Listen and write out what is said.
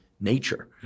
nature